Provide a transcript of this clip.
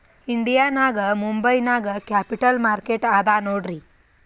India ನಾಗ್ ಮುಂಬೈ ನಾಗ್ capital market ಅದಾ ನೋಡ್ರಿ